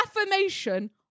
affirmation